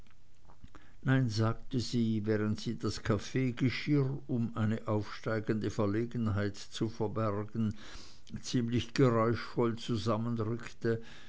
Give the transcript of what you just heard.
nein sagte sie während sie das kaffeegeschirr um eine aufsteigende verlegenheit zu verbergen ziemlich geräuschvoll zusammenrückte